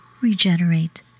regenerate